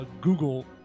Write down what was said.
google